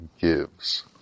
gives